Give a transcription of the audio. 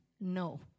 no